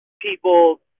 people